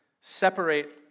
separate